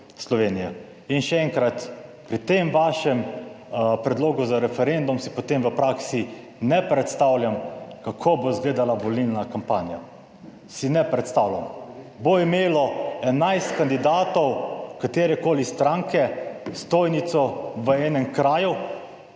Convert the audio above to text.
Slovenije. In še, enkrat pri tem vašem predlogu za referendum si potem v praksi ne predstavljam, kako bo izgledala volilna kampanja. Si ne predstavljam. Bo imelo 11 kandidatov katerekoli stranke stojnico v enem kraju.